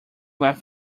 left